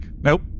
nope